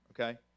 okay